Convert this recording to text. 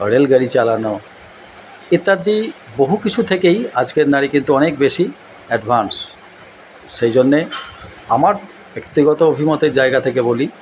রেলগাড়ি চালানো ইত্যাদি বহু কিছু থেকেই আজকের নারী কিন্তু অনেক বেশি অ্যাডভান্স সেই জন্যে আমার ব্যক্তিগত অভিমতের জায়গা থেকে বলি